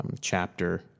chapter